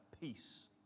peace